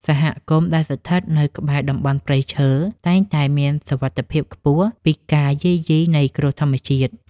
សហគមន៍ដែលស្ថិតនៅក្បែរតំបន់ព្រៃឈើតែងតែមានសុវត្ថិភាពខ្ពស់ពីការយាយីនៃគ្រោះធម្មជាតិ។